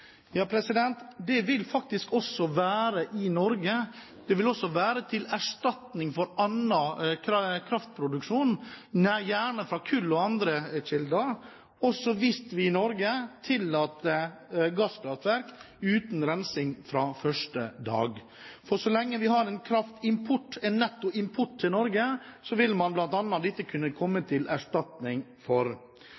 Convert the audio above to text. Ja, det vil den faktisk også være i Norge – den vil være til erstatning for annen kraftproduksjon, gjerne fra kull og andre kilder, hvis vi i Norge tillater gasskraftverk uten rensing fra første dag. Så lenge vi har en kraftimport, en nettoimport, til Norge, vil disse bl.a. kunne komme